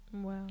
Wow